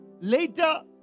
Later